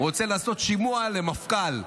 רוצה לעשות שימוע למפכ"ל.